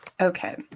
Okay